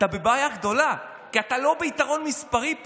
אתה בבעיה גדולה, כי אתה לא ביתרון מספרי פה.